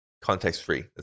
context-free